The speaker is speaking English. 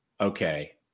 okay